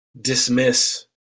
dismiss